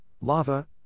lava